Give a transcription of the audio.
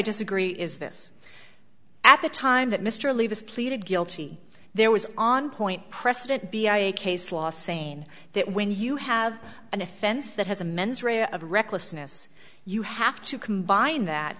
disagree is this at the time that mr leaves pleaded guilty there was on point precedent be a case law saying that when you have an offense that has a mens rea of recklessness you have to combine that